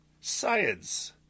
Science